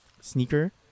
sneaker